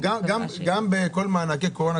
גם לגבי מענקי הקורונה,